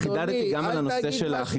חידדתי גם את הנושא של חיפושי גז.